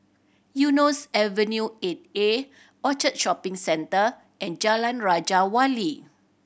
Eunos Avenue Eight A Orchard Shopping Centre and Jalan Raja Wali